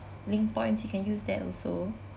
link points you can use that also